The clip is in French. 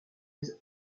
les